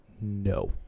No